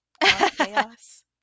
chaos